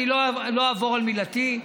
לא אעבור על מילתי,